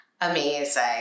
Amazing